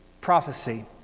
prophecy